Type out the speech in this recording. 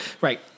Right